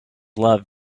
loved